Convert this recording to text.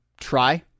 try